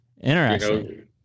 Interesting